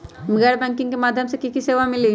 गैर बैंकिंग के माध्यम से की की सेवा मिली?